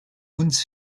uns